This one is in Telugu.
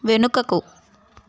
వెనుకకు